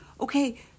okay